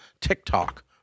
TikTok